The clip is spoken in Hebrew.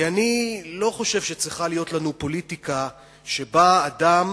כי אני לא חושב שצריכה להיות לנו פוליטיקה שבה אדם